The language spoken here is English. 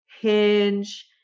hinge